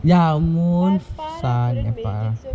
ya moon sun and farah